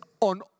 on